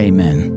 Amen